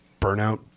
burnout